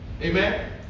Amen